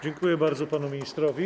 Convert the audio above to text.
Dziękuję bardzo panu ministrowi.